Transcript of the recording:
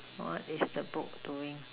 what is the book doing